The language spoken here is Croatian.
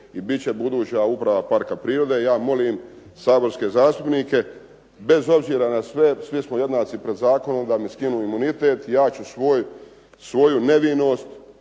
i bit će buduća uprava parka prirode. Ja molim saborske zastupnike bez obzira na sve, svi smo jednaki pred zakonom, da mi skinu imunitet. Ja ću svoju nevinost